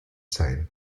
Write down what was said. sein